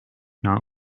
not